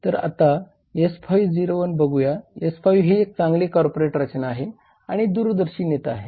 तर आता S5 O1 बघूया S5 ही चांगली कॉर्पोरेट रचना आहे आणि दूरदर्शी नेता आहे